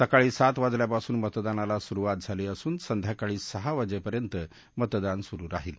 सकाळी सात वाजल्यापासून मतदानाला सुरुवात झाली असून संध्याकाळी सहा वाजेपर्यंत मतदान सुरू राहील